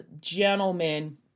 gentlemen